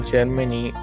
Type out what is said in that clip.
Germany